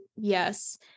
Yes